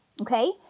Okay